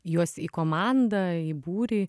juos į komandą į būrį